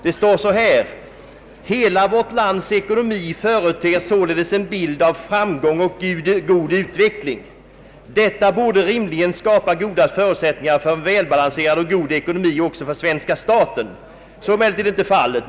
Jag framhöll då: ”Hela vårt lands ekonomi företer således en bild av framgång och god utveckling. Detta borde rimligen skapa goda förutsättningar för en välbalanserad och god ekonomi också för svenska staten. Så är emellertid inte fallet.